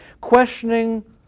questioning